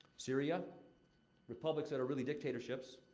syria republics that are really dictatorships.